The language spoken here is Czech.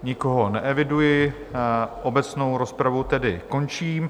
Nikoho neeviduji, obecnou rozpravu tedy končím.